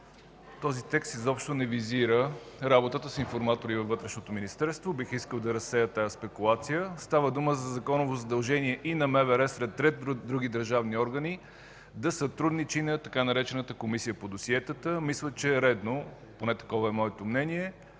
Този текст изобщо не визира работата с информатори във Вътрешното министерство, бих искал да разсея тази спекулация. Става дума за законово задължение и на МВР сред ред други държавни органи да сътрудничи на така наречената „Комисия по досиетата”. Мисля, че е редно, поне такова е моето мнение,